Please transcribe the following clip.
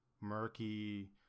murky